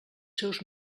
seus